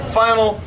final